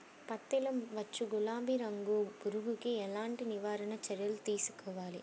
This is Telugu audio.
పత్తిలో వచ్చు గులాబీ రంగు పురుగుకి ఎలాంటి నివారణ చర్యలు తీసుకోవాలి?